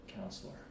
counselor